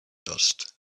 dust